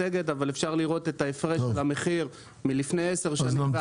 אפשר יהיה לראות במצגת את ההפרש במחיר מלפני עשר שנים ועכשיו.